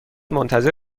منتظر